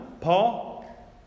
Paul